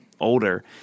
older